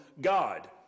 God